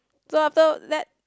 so after that